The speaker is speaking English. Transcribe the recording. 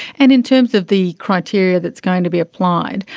and in terms of the criteria that is going to be applied,